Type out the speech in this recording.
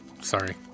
Sorry